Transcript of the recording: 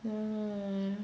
mm